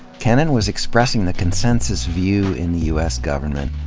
kennan was expressing the consensus view in the u s. government,